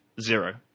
zero